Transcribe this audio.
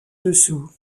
dessous